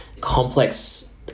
complex